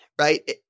right